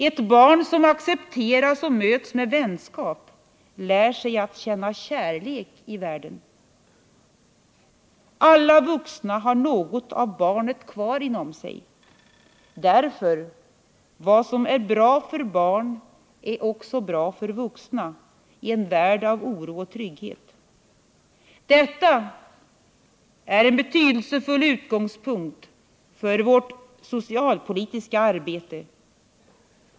Ett barn som accepteras och möts med vänskap lär sig att känna kärlek i världen. Alla vuxna har något av barnet kvar inom sig. Därför — vad som är bra för barn är också bra för vuxna i en värld av oro och otrygghet. Detta är en betydelsefull utgångspunkt för vårt socialpolitiska arbete.